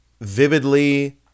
vividly